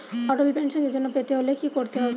অটল pension যোজনা পেতে হলে কি করতে হবে?